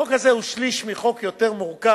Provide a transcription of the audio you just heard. החוק הזה הוא שליש מחוק יותר מורכב,